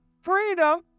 Freedom